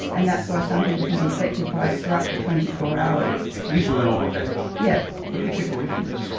and that's why some people can be effected by it for up to twenty four hours. these women all got better. yes. what do we take away from this?